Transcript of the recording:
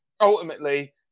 ultimately